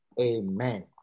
amen